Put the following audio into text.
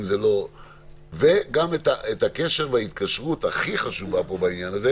וגם את הקשר הכי חשוב בעניין הזה